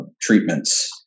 treatments